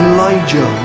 Elijah